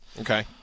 Okay